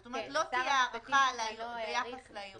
זאת אומרת: לא תהיה הארכה ביחס לערעור.